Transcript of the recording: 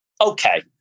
okay